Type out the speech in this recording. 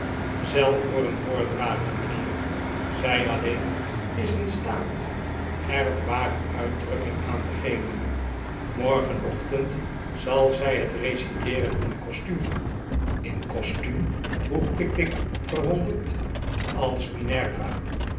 zelf hooren voordragen mijnheer zij al leen is in staat er de ware uitdrukking aan te geven morgenochtend zal zij het reciteeren in costuum r in costuum vroeg pickwick verwonderd als minerva